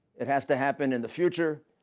it has to happen in the future,